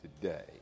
today